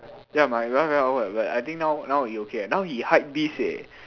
ya my one very awkward I think now now he okay eh now he hypebeast eh